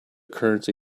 currency